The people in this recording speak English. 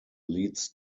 leads